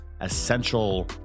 essential